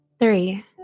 Three